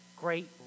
great